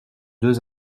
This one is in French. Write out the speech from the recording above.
deux